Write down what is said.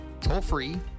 toll-free